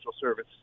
service